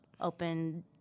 open